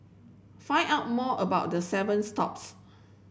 find out more about the seven stops